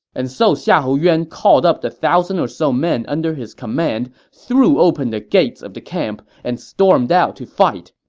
and so xiahou yuan called up the thousand or so men under his command, threw open the gates of the camp, and stormed out to fight.